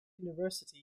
university